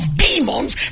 demons